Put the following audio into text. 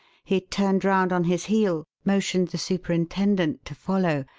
he turned round on his heel, motioned the superintendent to follow,